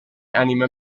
anima